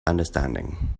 understanding